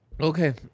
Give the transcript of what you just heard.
Okay